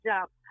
jump